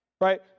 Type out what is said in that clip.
right